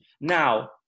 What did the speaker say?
Now